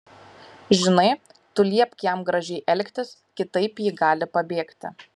žinai tu liepk jam gražiai elgtis kitaip ji gali pabėgti